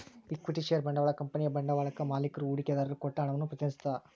equity ಷೇರ ಬಂಡವಾಳ ಕಂಪನಿಯ ಬಂಡವಾಳಕ್ಕಾ ಮಾಲಿಕ್ರು ಹೂಡಿಕೆದಾರರು ಕೊಟ್ಟ ಹಣವನ್ನ ಪ್ರತಿನಿಧಿಸತ್ತ